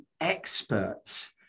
experts